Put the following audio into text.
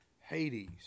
Hades